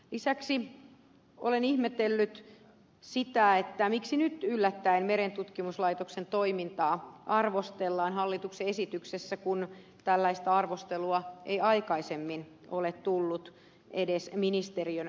lisäksi olen ihmetellyt sitä miksi nyt yllättäen merentutkimuslaitoksen toimintaa arvostellaan hallituksen esityksessä kun tällaista arvostelua ei aikaisemmin ole tullut edes ministeriön tasolta